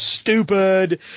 stupid